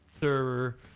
server